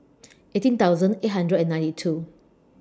eighteen thousand eight hundred and ninety two